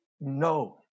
no